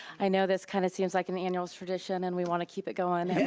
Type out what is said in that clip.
i know this kind of seems like an annual tradition and we want to keep it going,